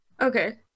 okay